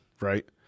right